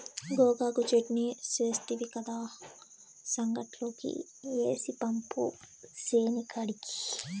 గోగాకు చెట్నీ సేస్తివి కదా, సంగట్లోకి ఏసి పంపు సేనికాడికి